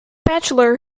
bachelor